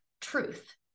truth